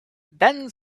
then